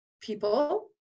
people